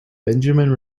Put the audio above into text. benjamin